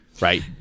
right